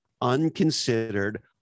unconsidered